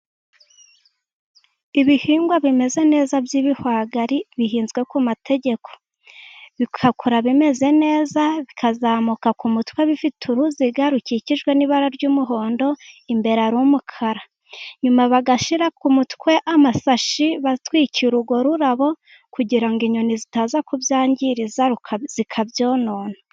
Ibihingwa bimeze neza by'ibihwagari, bihinzwe ku mategeko bigakura bimeze neza, bikazamuka ku mutwe bifite uruziga, rukikijwe n'ibara ry'umuhondo imbere ari umukara. Nyuma bagashyira ku mutwe amasashi batwikira urwo rurabo, kugira ngo inyoni zitaza kubyangiriza zikabyonona.